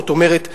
זאת אומרת,